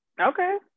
Okay